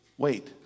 wait